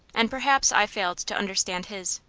and perhaps i failed to understand his.